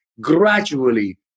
gradually